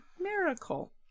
Miracle